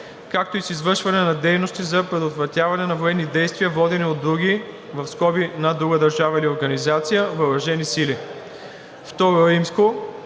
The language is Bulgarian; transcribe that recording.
както и с извършване на дейности за предотвратяване на военни действия, водени от други (на друга държава или организация) въоръжени сили. II.